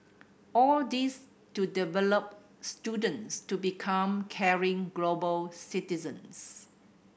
all this to develop students to become caring global citizens